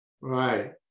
Right